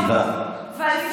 רציתי לשאול אותך אם את, גברתי